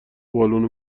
بالون